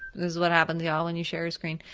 this is what happens, y'all, when you share your screen.